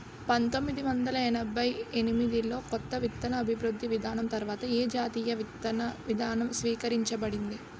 పంతోమ్మిది వందల ఎనభై ఎనిమిది లో కొత్త విత్తన అభివృద్ధి విధానం తర్వాత ఏ జాతీయ విత్తన విధానం స్వీకరించబడింది?